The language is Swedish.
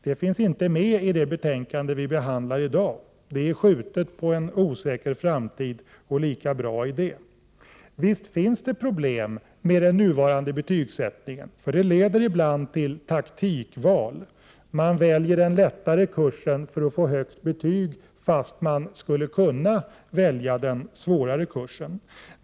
Det finns inte med i det betänkande vi nu behandlar. Det är skjutet på en osäker framtid, och lika bra är det. Visst finns det problem med den nuvarande betygssättningen, för det leder ibland till taktikval. Man väljer den lättare kursen för att få höga betyg, fast man skulle kunna klara den svårare.